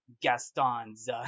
Gaston's